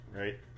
right